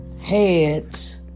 heads